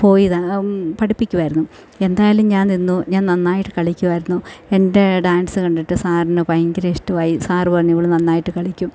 പോയതാണ് പഠിപ്പിക്കുവായിരുന്നു എന്തായാലും ഞാൻ നിന്നു ഞാൻ നന്നായിട്ട് കളിക്കുവായിരുന്നു എൻ്റെ ഡാൻസ് കണ്ടിട്ട് സാറിന് ഭയങ്കര ഇഷ്ടമായി സാർ പറഞ്ഞു ഇവൾ നന്നായിട്ട് കളിക്കും